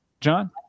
John